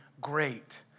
great